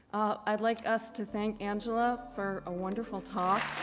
i'd like us to thank angela for a wonderful talk.